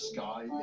Sky